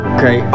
Okay